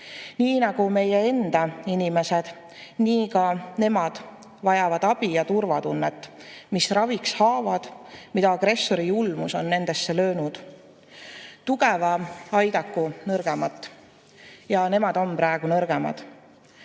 Nii nagu meie enda inimesed, nii ka nemad vajavad abi ja turvatunnet, mis raviks haavad, mida agressori julmus on nendesse löönud. Tugev aidaku nõrgemat. Nemad on praegu nõrgemad,